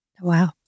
Wow